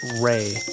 Ray